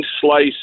slice